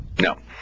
no